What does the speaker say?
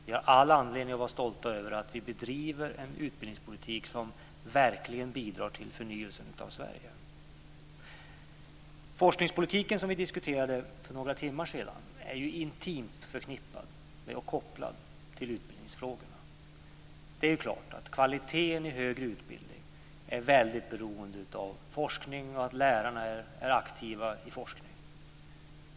Vi har all anledning att vara stolta över att vi bedriver en utbildningspolitik som verkligen bidrar till förnyelsen av Sverige. Forskningspolitiken som vi diskuterade för några timmar sedan är intimt kopplad till utbildningsfrågorna. Det är klart att kvaliteten i högre utbildning är väldigt beroende av forskning och att lärarna är aktiva i forskning.